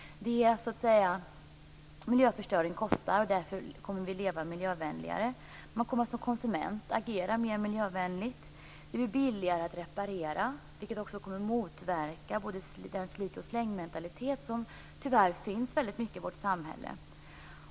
Miljöförstöringen kostar, och därför kommer vi att leva miljövänligare. Man kommer som konsument att agera mer miljövänligt. Det blir billigare att reparera, vilket också kommer att motverka den slit-och-släng-mentalitet som det tyvärr finns mycket av i vårt samhälle.